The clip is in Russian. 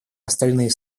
остальные